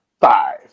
five